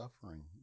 suffering